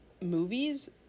movies